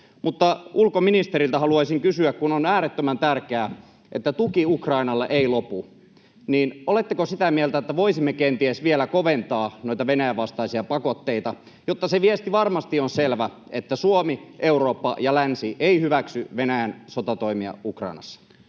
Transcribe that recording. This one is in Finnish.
Ulkoministeriltä haluaisin kysyä, kun on äärettömän tärkeää, että tuki Ukrainalle ei lopu: oletteko sitä mieltä, että voisimme kenties vielä koventaa noita Venäjän vastaisia pakotteita, jotta se viesti varmasti on selvä, että Suomi, Eurooppa ja länsi eivät hyväksy Venäjän sotatoimia Ukrainassa?